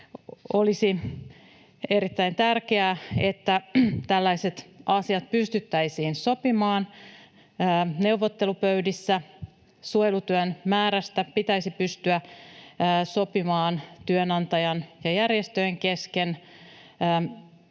Olisi erittäin tärkeää, että tällaiset asiat pystyttäisiin sopimaan neuvottelupöydissä. Suojelutyön määrästä pitäisi pystyä sopimaan työnantajan ja järjestöjen kesken,